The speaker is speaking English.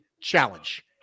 challenge